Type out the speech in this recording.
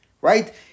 right